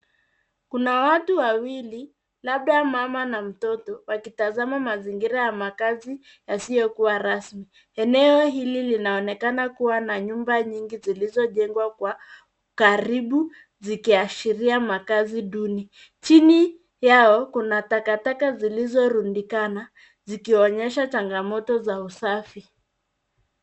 Kuna watu wawili labda mama na mtoto wakitazama mazingira ya makazi yasiyokuwa rasmi. Eneo hili linaonekana kuwa na nyumba nyingi zilizojengwa kwa karibu zikiashiria makazi duni. Chini yao kuna takataka zilizorudikana zikionyesha changamoto za usafi.